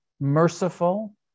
merciful